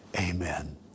amen